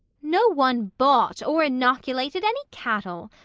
no one bought or inoculated any cattle!